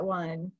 one